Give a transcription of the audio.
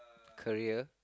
career